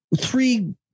three